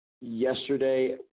yesterday